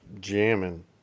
jamming